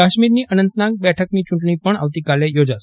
કાશ્મીરની અનંતનાગ બેઠકની ચૂંટણી પણ આવતીકાલે યોજાશે